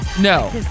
No